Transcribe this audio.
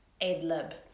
ad-lib